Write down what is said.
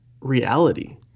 reality